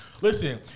Listen